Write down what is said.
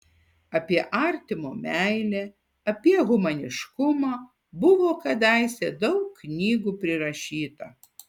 apie artimo meilę apie humaniškumą buvo kadaise daug knygų prirašyta